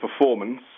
performance